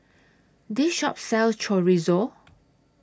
This Shop sells Chorizo